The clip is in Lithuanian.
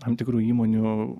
tam tikrų įmonių